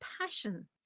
passion